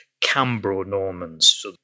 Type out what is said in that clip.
Cambro-Normans